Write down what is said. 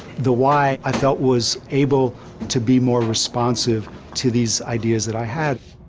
the y i felt was able to be more responsive to these ideas that i had.